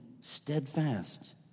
steadfast